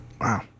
wow